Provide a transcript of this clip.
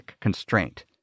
constraint